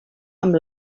amb